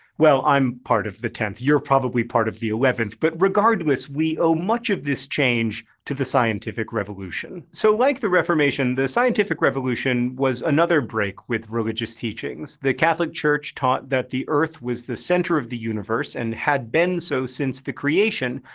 well, i'm part of the tenth. you're probably part of the eleventh. but regardless, we owe much of this change to the scientific revolution. so, like the reformation, the scientific revolution was another break with religious teachings. the catholic church taught that the earth was the center of the universe and had been so since the creation.